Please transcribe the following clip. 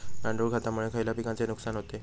गांडूळ खतामुळे खयल्या पिकांचे नुकसान होते?